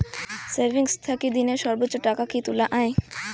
Savings থাকি দিনে সর্বোচ্চ টাকা কি তুলা য়ায়?